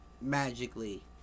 magically